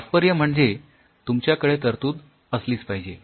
तात्पर्य म्हणजे तुमच्याकडे तरतूद असलीच पाहिजे